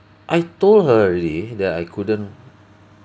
I told her already that I couldn't